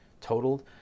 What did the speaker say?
totaled